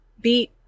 beat